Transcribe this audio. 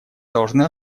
должны